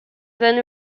then